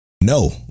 No